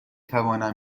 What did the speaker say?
توانم